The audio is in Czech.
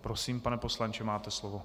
Prosím, pane poslanče, máte slovo.